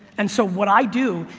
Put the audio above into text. and so, what i do,